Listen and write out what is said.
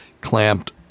clamped